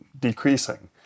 decreasing